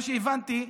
מה שהבנתי,